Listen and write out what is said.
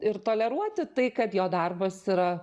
ir toleruoti tai kad jo darbas yra